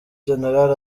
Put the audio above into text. general